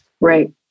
Right